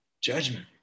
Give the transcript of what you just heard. judgment